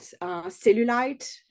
cellulite